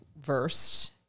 versed